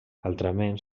altrament